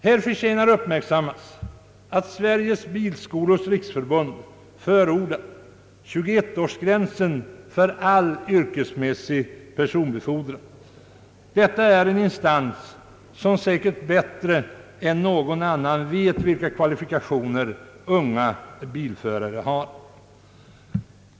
Det förtjänar att uppmärksammas att Sveriges bilskolors riksförbund förordar 21-årsgränsen för all yrkesmässig personbefordran. Detta är en instans som säkerligen bättre än någon annan vet vilka kvalifikationer unga bilförare har.